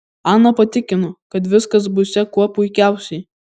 ana patikino kad viskas būsią kuo puikiausiai